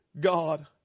God